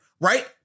right